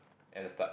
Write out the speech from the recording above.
at the start